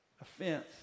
Offense